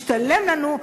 משתלם לנו,